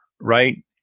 right